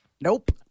Nope